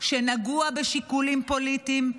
שנגוע בשיקולים פוליטיים.